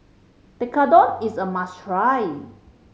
tekkadon is a must try